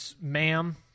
ma'am